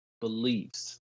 beliefs